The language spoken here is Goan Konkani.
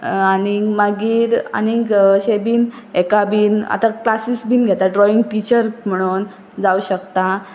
आनी मागीर आनीक अशें बीन हेका बीन आतां क्लासिसां बीन घेता ड्रॉइंग टिचर म्हणून जावं शकता